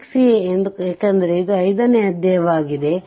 a ಎಂದು ಏಕೆಂದರೆ ಅದು ಐದನೇ ಅಧ್ಯಾಯವಾಗಿದೆ